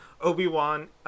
Obi-Wan